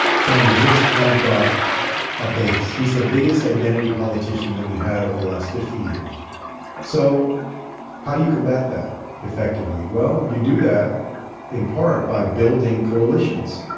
trying to just amp up a base. he's the biggest identity politician that we've had over the last fifty years so how do you combat that effectively? well, you do that in part by building coalitions.